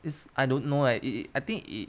is I don't know leh it it I think it